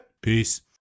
Peace